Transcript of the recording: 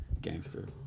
Gangster